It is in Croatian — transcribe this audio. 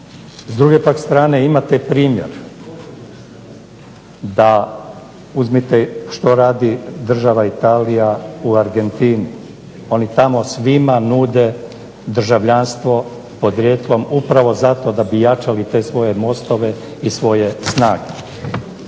S druge pak strane imate primjer da, uzmite što radi država Italija u Argentini. Oni tamo svima nude državljanstvo podrijetlom upravo zato da bi jačali te svoje mostove i svoje snage